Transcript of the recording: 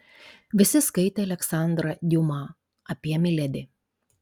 visi skaitė aleksandrą diuma apie miledi